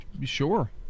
Sure